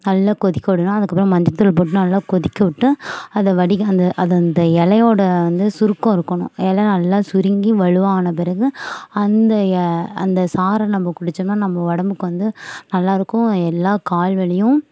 நல்லா கொதிக்க விடணும் அதுக்கப்பறம் மஞ்சத்தூள் போட்டு நல்லா கொதிக்கவிட்டு அதை வடிகா அந்த அது அந்த இலையோட வந்து சுருக்கம் இருக்கணும் எலை நல்லா சுருங்கி வழுவான பிறகு அந்த எ அந்த சாரை நம்ம குடித்தோம்னா நம்ம உடம்புக்கு வந்து நல்லா இருக்கும் எல்லா கால் வலியும்